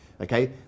okay